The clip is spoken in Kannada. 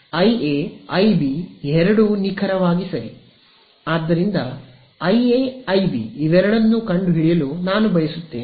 ಐಎ ಐಬಿ ಎರಡೂ ನಿಖರವಾಗಿ ಸರಿ ಆದ್ದರಿಂದ ಐಎ ಐಬಿ ಕಂಡುಹಿಡಿಯಲು ನಾನು ಬಯಸುತ್ತೇನೆ